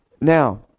Now